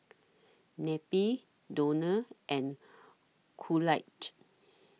Neppie Donal and Coolidge